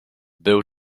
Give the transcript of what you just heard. bill